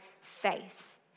faith